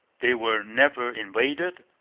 they were never invaded,